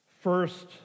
first